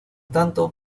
tanto